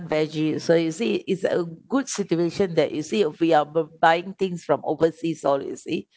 veggie so you see it's a good situation that you see we are buying things from overseas all you see